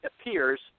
appears